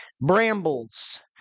brambles